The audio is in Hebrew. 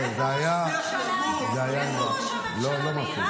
זה היה --- לא, לא מפעיל.